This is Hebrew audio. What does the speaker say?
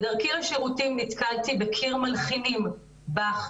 בדרכי לשירותים נתקלתי בקיר מלחינים- באך,